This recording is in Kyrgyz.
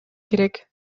керек